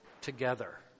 together